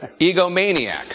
egomaniac